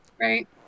right